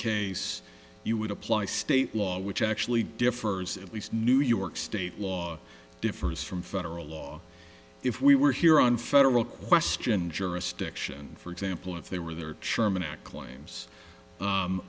case you would apply state law which actually differs at least new york state law differs from federal law if we were here on federal question jurisdiction for example if they were there